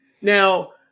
Now